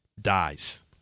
dies